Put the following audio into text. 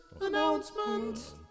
announcement